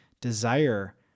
desire